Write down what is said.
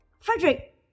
Frederick